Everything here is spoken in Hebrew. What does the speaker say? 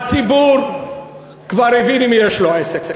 הציבור כבר הבין עם מי יש לו עסק.